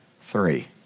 three